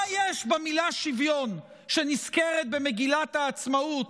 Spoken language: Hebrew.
מה יש במילה "שוויון", שנזכרת במגילת העצמאות,